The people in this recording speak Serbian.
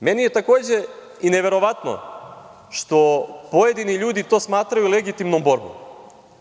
Meni je takođe i neverovatno što pojedini ljudi to smatraju legitimnom borbom,